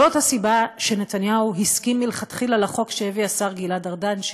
זאת הסיבה שנתניהו הסכים מלכתחילה לחוק שהביא השר גלעד ארדן,